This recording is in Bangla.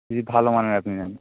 যদি ভালো মানের আপনি নেন